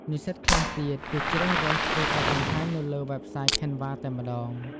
និស្សិតខ្លះទៀត គេជ្រើសរើសធ្វើបទបង្ហាញនៅលើវេបសាយ Canva តែម្ដង។